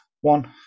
one